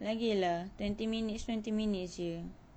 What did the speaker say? lagi lah twenty minutes twenty minutes jer